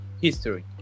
history